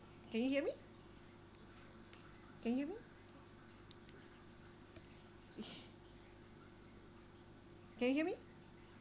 can you hear me can you hear me can you hear me